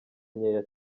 nkeya